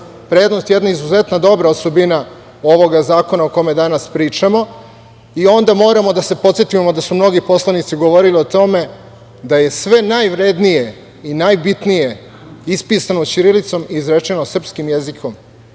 prednost, jedna izuzetno dobra osobina ovoga zakona o kome danas pričamo i onda moramo da se podsetimo da su mnogi poslanici govorili o tome da je sve najvrednije i najbitnije ispisano ćirilicom i izrečeno srpskim jezikom